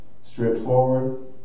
straightforward